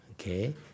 okay